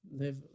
live